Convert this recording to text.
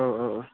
औ औ औ